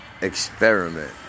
Experiment